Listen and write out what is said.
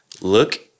Look